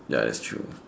ya that's true